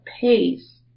pace